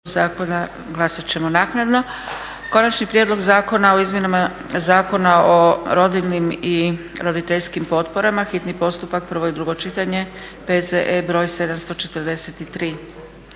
zakona glasati ćemo naknadno. - Konačni prijedlog Zakona o izmjenama Zakona o rodiljnim i roditeljskim potporama, hitni postupak, prvo i drugo čitanje, P.Z.E. br. 743;